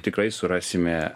tikrai surasime